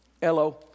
Hello